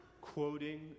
quoting